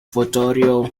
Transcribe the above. vittorio